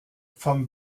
vom